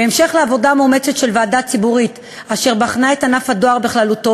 בהמשך לעבודה מאומצת של ועדה ציבורית אשר בחנה את ענף הדואר בכללותו,